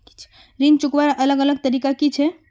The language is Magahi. ऋण चुकवार अलग अलग तरीका कि छे?